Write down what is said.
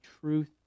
truth